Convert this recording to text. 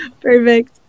perfect